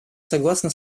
согласно